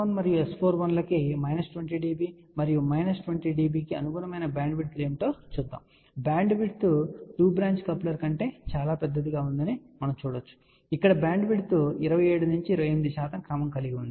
S11 మరియు S41 లకు minus 20 dB మరియు మైనస్ 20 dB కి అనుగుణమైన బ్యాండ్విడ్త్లు ఏమిటో చూద్దాం మరియు బ్యాండ్విడ్త్ టు బ్రాంచ్ కప్లర్ కంటే చాలా పెద్దదిగా ఉందని మనం చూడవచ్చు ఇక్కడ బ్యాండ్విడ్త్ 27 నుండి 28 శాతం క్రమం కలిగి ఉంటుంది